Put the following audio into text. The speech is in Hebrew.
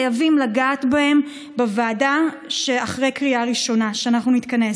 חייבים לגעת בהם בוועדה אחרי קריאה ראשונה כשאנחנו נתכנס.